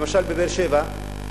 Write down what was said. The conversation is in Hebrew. למשל בבאר-שבע,